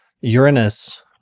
Uranus